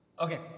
Okay